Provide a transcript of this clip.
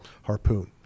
Harpoon